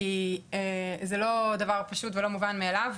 כי זה לא דבר פשוט ומובן מאליו,